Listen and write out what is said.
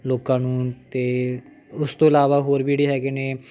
ਲੋਕਾਂ ਨੂੰ ਅਤੇ ਉਸ ਤੋਂ ਇਲਾਵਾ ਹੋਰ ਵੀ ਜਿਹੜੇ ਹੈਗੇ ਨੇ